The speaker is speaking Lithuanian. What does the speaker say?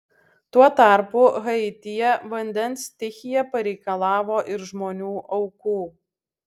tuo tarpu haityje vandens stichija pareikalavo ir žmonių aukų